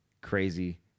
Crazy